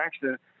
accident